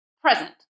present